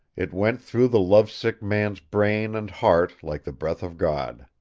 it went through the lovesick man's brain and heart like the breath of god.